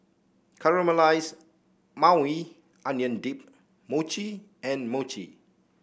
Caramelized Maui Onion Dip Mochi and Mochi